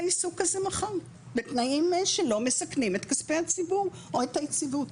עיסוק כזה מחר בתנאים שלא מסכנים את כספי הציבור או את היציבות.